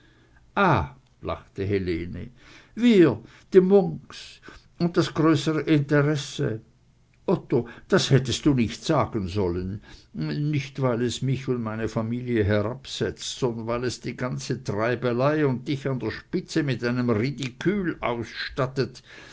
lachte helene wir die munks und das größere interesse otto das hättest du nicht sagen sollen nicht weil es mich und meine familie herabsetzt sondern weil es die ganze treibelei und dich an der spitze mit einem ridikül ausstattet